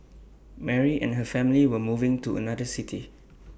Mary and her family were moving to another city